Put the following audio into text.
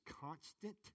constant